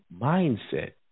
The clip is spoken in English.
mindset